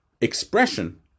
expression